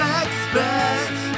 expect